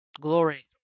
Glory